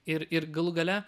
ir ir galų gale